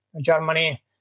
Germany